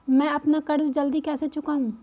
मैं अपना कर्ज जल्दी कैसे चुकाऊं?